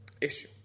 issue